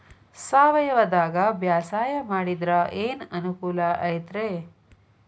ಸಾವಯವದಾಗಾ ಬ್ಯಾಸಾಯಾ ಮಾಡಿದ್ರ ಏನ್ ಅನುಕೂಲ ಐತ್ರೇ?